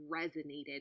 resonated